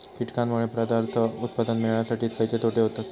कीटकांनमुळे पदार्थ उत्पादन मिळासाठी खयचे तोटे होतत?